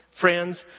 friends